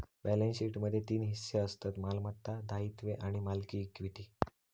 balance शीटमध्ये तीन हिस्से असतत मालमत्ता, दायित्वे आणि मालकी इक्विटी